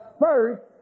first